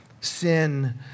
Sin